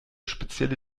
spezielle